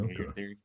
Okay